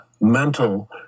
mental